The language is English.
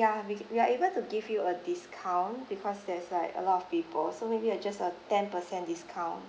ya we we are able to give you a discount because there's like a lot of people also may be I just uh ten per cent discount